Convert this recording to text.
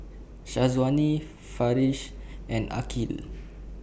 Syazwani Farish and